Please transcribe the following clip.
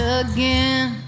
again